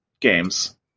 games